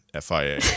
FIA